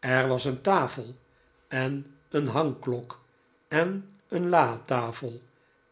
er was een tafel en een hangklok en een latafel